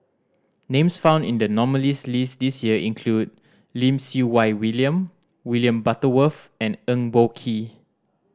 names found in the nominees' list this year include Lim Siew Wai William William Butterworth and Eng Boh Kee